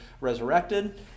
resurrected